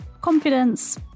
confidence